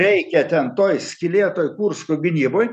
reikia ten toj skylėtoj kursko gynyboj